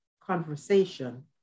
conversation